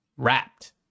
Wrapped